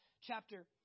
chapter